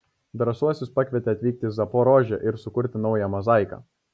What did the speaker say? drąsiuosius pakvietė atvykti į zaporožę ir sukurti naują mozaiką